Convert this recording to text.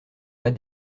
pas